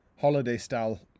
holiday-style